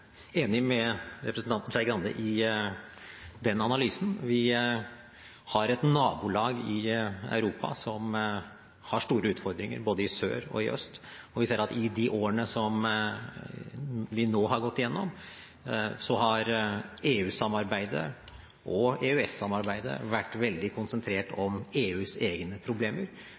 enig med representanten Skei Grande i den analysen. Vi har et nabolag i Europa som har store utfordringer både i sør og i øst. Vi ser at i de årene som vi har gått igjennom, har EU-samarbeidet og EØS-samarbeidet vært veldig konsentrert om EUs egne problemer,